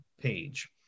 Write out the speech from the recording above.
page